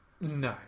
No